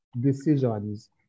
decisions